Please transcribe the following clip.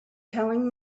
telling